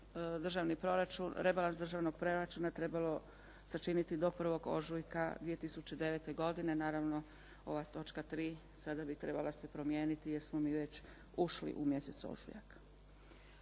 smatrali smo da bi rebalans državnog proračuna trebalo sačiniti do 1. ožujka 2009. godine, naravno ova točka tri sada bi trebala se promijeniti, jer smo mi sada već ušli u mjesec ožujak.